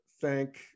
thank